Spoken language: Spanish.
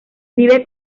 vive